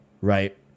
Right